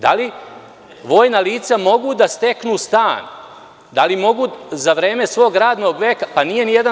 Da li vojna lica mogu da steknu stan, da li mogu za vreme svog radnog veka?